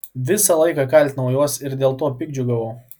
visą laiką kaltinau juos ir dėl to piktdžiugiavau